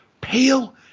pale